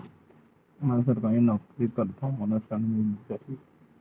मै सरकारी नौकरी करथव मोला ऋण मिल जाही?